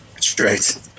Straight